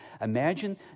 Imagine